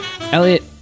Elliot